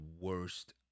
worst